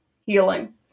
healing